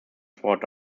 sport